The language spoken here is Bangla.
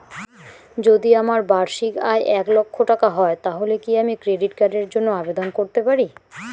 যদি আমার বার্ষিক আয় এক লক্ষ টাকা হয় তাহলে কি আমি ক্রেডিট কার্ডের জন্য আবেদন করতে পারি?